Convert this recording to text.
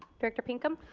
director pinkham.